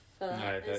No